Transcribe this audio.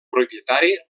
propietari